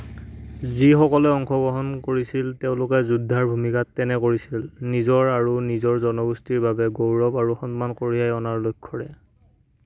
যিসকলে অংশগ্ৰহণ কৰিছিল তেওঁলোকে যোদ্ধাৰ ভূমিকাত তেনে কৰিছিল নিজৰ আৰু নিজৰ জনগোষ্ঠীৰ বাবে গৌৰৱ আৰু সন্মান কঢ়িয়াই অনাৰ লক্ষ্যৰে